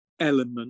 element